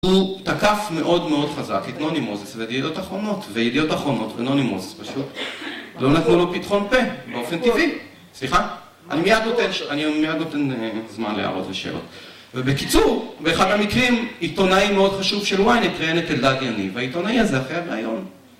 הוא תקף מאוד מאוד חזק את נונימוזס וידיעות אחרונות, וידיעות אחרונות, ונונימוזס פשוט ולא נתנו לו פתחון פה באופן טבעי. סליחה? אני מייד נותן...אני מייד נותן זמן להערות ושאלות. ובקיצור, באחד המקרים עיתונאי מאוד חשוב של ynet ראיין את אלדד יניב והעיתונאי הזה...